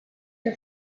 the